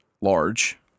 large